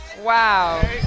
Wow